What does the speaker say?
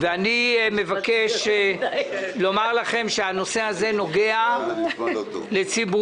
אני במקומו של ארז קמיניץ -- לא רק ליישובים